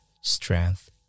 strength